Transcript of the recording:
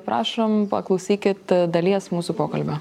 prašom paklausykit dalies mūsų pokalbio